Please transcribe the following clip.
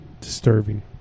disturbing